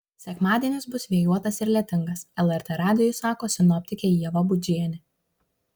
sekmadienis bus vėjuotas ir lietingas lrt radijui sako sinoptikė ieva budžienė